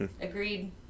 Agreed